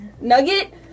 Nugget